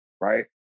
Right